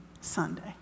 Sunday